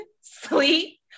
sleep